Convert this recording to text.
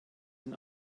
den